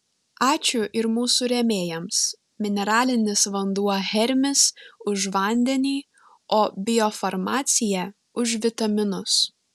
ačiū ir mūsų rėmėjams mineralinis vanduo hermis už vandenį o biofarmacija už vitaminus